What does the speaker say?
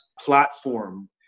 platform